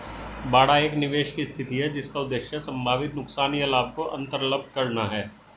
बाड़ा एक निवेश की स्थिति है जिसका उद्देश्य संभावित नुकसान या लाभ को अन्तर्लम्ब करना है